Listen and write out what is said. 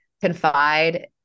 confide